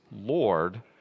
Lord